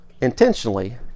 intentionally